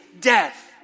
death